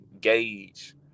gauge